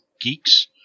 geeks